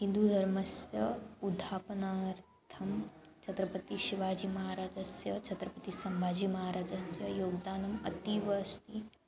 हिन्दूधर्मस्य उत्थापनार्थं छत्रपतिशिवाजीमहाराजस्य छत्रपतिसम्भाजिमहाराजस्य योगदानम् अतीव अस्ति